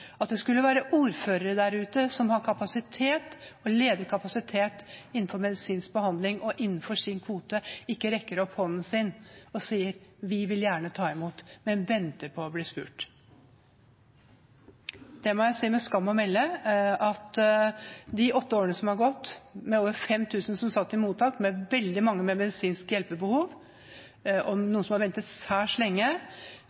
at det skulle være ordførere der ute som har ledig kapasitet innenfor medisinsk behandling og innenfor sine kvoter, som ikke rekker opp hånden sin og sier: Vi vil gjerne ta imot, men vi venter på å bli spurt. Det er med skam man kan konstatere at etter åtte år med rød-grønt styre satt over 5 000 i mottak, hvorav veldig mange hadde medisinsk hjelpebehov, og